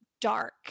dark